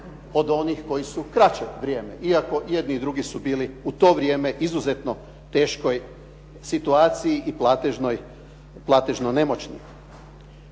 od onih koji su kraće vrijeme iako jedni i drugi su bili u to vrijeme u izuzetno teškoj situaciji i platežno nemoćni.